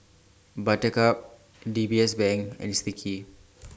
Buttercup D B S Bank and Sticky